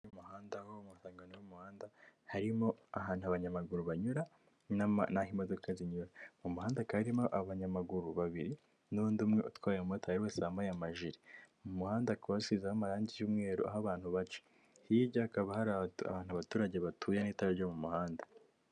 Mu muhanda nko mu masangano y'umuhanda harimo ahantu abanyamaguru banyura n'aho imodoka zinyura. Mu muhanda hakaba haririmo abanyamaguru babiri n'undi umwe utwaye momota, buri wese yambaye amajiri. Mu muhanda hakaba hasizemo amarangi y'umweru aho abantu baca; hirya hakaba hari abaturage bahatuye n'itara ryo mu muhanda.